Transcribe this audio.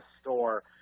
store